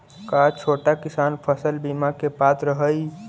का छोटा किसान फसल बीमा के पात्र हई?